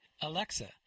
Alexa